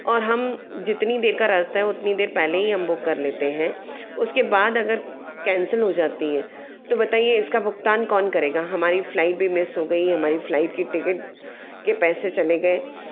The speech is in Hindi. और हम जितनी देर का रास्ता है उतनी देर पहले ही हम बुक कर लेते हैं उसके बाद अगर कैंसिल हो जाती है तो बताइए इसका भुगतान कौन करेगा हमारी फ्लाइट भी मिस हो गई हमारी फ्लाइट की टिकिट के पैसे चले गए